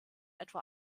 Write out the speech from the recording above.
etwa